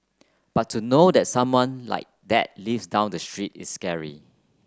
but to know that someone like that lives down the street is scary